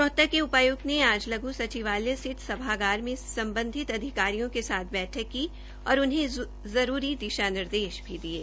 रोहतक के उपायुक्त ने आज लघु सचिवालय स्थित सभागार में संबंधित अधिकारियों के साथ बैठक की और उन्हें जरूरी दिशा निर्देश दिये